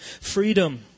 freedom